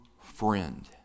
friend